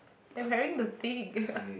I wearing the thing